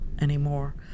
anymore